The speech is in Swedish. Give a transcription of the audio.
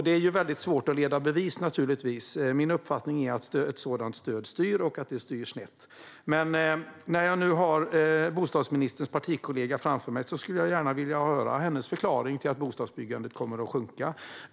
Det är naturligtvis svårt att leda i bevis. Min uppfattning är att ett sådant stöd styr snett. När jag nu har bostadsministerns partikollega framför mig skulle jag gärna vilja höra hennes förklaring till att bostadsbyggandet kommer att sjunka.